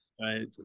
right